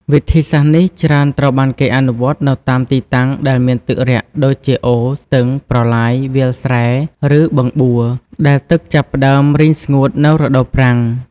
វិធីសាស្ត្រនេះច្រើនត្រូវបានគេអនុវត្តនៅតាមទីតាំងដែលមានទឹករាក់ដូចជាអូរ ស្ទឹង ប្រឡាយ វាលស្រែ ឬបឹងបួ ដែលទឹកចាប់ផ្តើមរីងស្ងួតនៅរដូវប្រាំង។